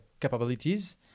capabilities